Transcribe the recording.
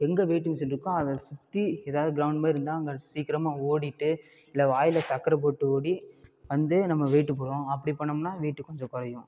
எங்கே weight machine இருக்கோ அதை சுற்றி ஏதாவது க்ரௌண்ட் மாரி இருந்தால் அங்கே சீக்கிரமாக ஓடிட்டு இல்லை வாயிலை சக்கரை போட்டு ஓடி வந்து நம்ம வெயிட்டு போடுவோம் அப்படி பண்ணோம்னால் வெயிட்டு கொஞ்சம் குறையும்